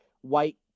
white